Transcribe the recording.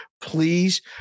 please